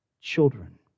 children